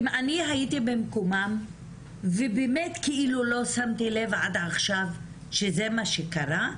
אם אני הייתי במקומם ובאמת כאילו לא שמתי לב עד עכשיו שזה מה שקרה,